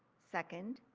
second,